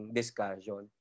discussion